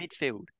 midfield